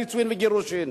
נישואים וגירושים.